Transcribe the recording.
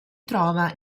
trova